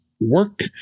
work